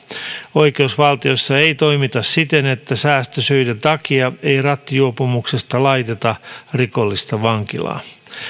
oikeusvaltiossa ei toimita siten että säästösyiden takia ei rattijuopumuksesta laiteta rikollista vankilaan